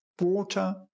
water